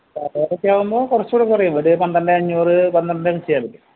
ടവേരയൊക്കെയാകുമ്പോള് കുറച്ചുകൂടെ കുറയും ഒരു പന്ത്രണ്ട് അഞ്ഞൂറ് പന്ത്രണ്ടിന് ചെയ്യാന് പറ്റും